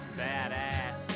badass